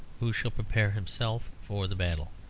who shall prepare himself for the battle?